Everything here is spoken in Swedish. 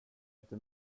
inte